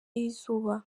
y’izuba